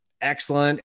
excellent